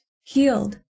healed